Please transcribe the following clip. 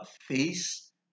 face